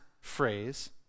phrase